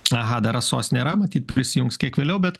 aha dar rasos nėra matyt prisijungs kiek vėliau bet